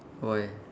why